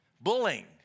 Bullying